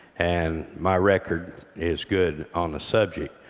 and my record is good on the subject.